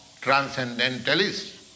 transcendentalists